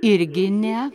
irgi ne